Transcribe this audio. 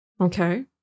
Okay